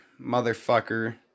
motherfucker